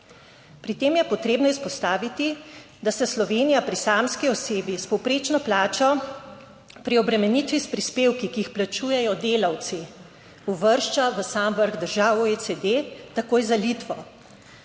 Pri tem je potrebno izpostaviti, da se Slovenija pri samski osebi s povprečno plačo pri obremenitvi s prispevki, ki jih plačujejo delavci, uvršča v sam vrh držav OECD, takoj za Litvo.